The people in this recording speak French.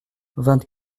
vingt